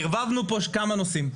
ערבבנו פה כמה נושאים.